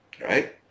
Right